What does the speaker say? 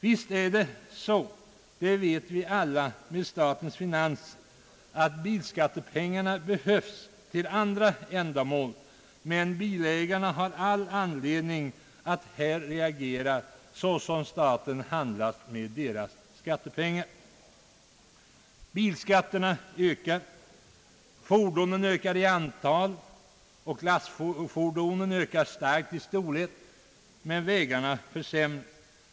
Visst är det så — det vet vi alla — med statens finanser att bilskattepengarna behövs till andra ändamål, men bilägarna har all anledning att reagera mot det sätt på vilket staten handskas med deras skattepengar. Bilskatterna ökar, fordonen ökar i antal, lastfordonen i storlek, men vägarna försämras.